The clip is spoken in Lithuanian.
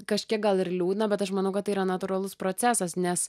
kažkiek gal ir liūdna bet aš manau kad tai yra natūralus procesas nes